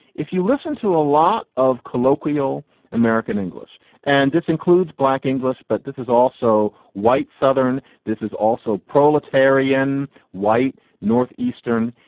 if you listen to a lot of colloquial american english and this includes black english, but this is also white southern, this is also proletarian white north eastern.